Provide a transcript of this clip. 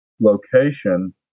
location